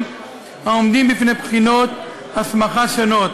העומדים בפני בחינות הסמכה שונות,